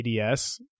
ADS